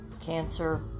cancer